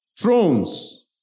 thrones